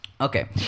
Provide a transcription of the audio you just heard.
okay